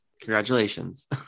Congratulations